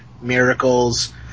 Miracles